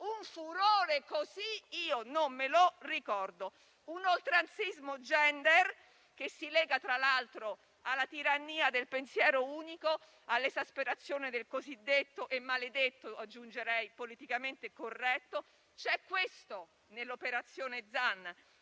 un furore così non lo ricordo. Un oltranzismo *gender* che si lega, tra l'altro, alla tirannia del pensiero unico, all'esasperazione del cosiddetto maledetto - aggiungerei - «politicamente corretto»: c'è questo nell'operazione Zan.